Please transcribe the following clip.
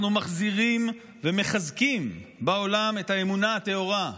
מחזירים ומחזקים בעולם את האמונה הטהורה.